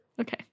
Okay